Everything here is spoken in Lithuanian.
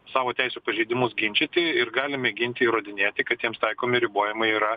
savo teisių pažeidimus ginčyti ir gali mėginti įrodinėti kad jiems taikomi ribojimai yra